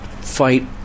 fight